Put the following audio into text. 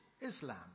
Islam